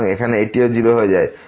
সুতরাং এখানে এটিও 0 হয়ে যাবে